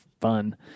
fun